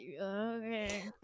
okay